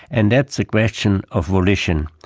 and that's the question of volition.